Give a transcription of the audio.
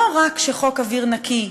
לא רק חוק אוויר נקי,